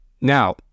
Now